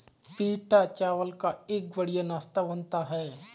पीटा चावल का एक बढ़िया नाश्ता बनता है